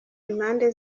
impande